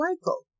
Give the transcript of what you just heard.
Michael